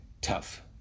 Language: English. tough